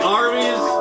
armies